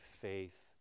faith